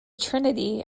trinity